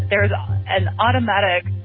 there is um an automatic,